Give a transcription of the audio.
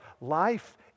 life